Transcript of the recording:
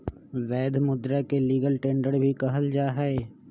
वैध मुदा के लीगल टेंडर भी कहल जाहई